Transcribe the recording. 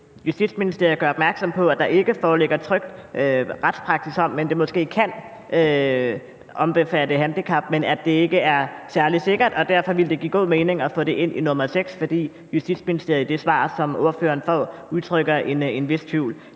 Justitsministeriet gjorde opmærksom på, at der ikke foreligger trykt retspraksis om det, men at det måske kan omfatte handicap, men at det ikke er særlig sikkert, og at det derfor ville give god mening at få det ind i nr. 6, fordi der, som Justitsministeriet udtrykker det i sit svar til ordføreren, er en vis tvivl.